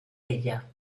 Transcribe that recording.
ella